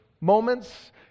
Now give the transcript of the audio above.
moments